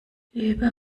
über